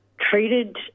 treated